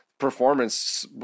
performance